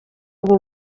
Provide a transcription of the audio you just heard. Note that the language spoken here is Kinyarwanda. ubu